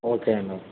okay అండి okay